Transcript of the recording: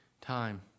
time